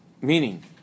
meaning